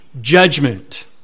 judgment